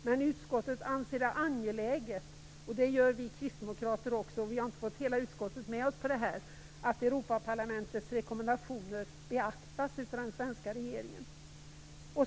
Men utskottet anser det angeläget - vilket vi kristdemokrater också gör, men vi har inte fått hela utskottet med oss i fråga om det - att Europaparlamentets rekommendationer beaktas av den svenska regeringen.